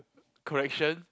correction